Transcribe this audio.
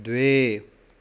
द्वे